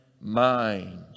mind